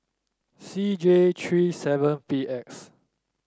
C J three seven P X